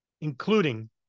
including